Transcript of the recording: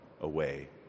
away